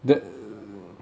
ya